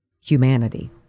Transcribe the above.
humanity